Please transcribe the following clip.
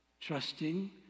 Trusting